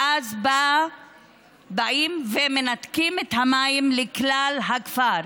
ואז באים, ומנתקים את המים לכלל הכפר.